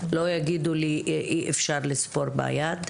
לא יגידו לי אי אפשר לספור בעיה.